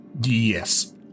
Yes